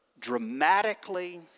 dramatically